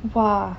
!wah!